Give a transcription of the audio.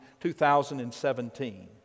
2017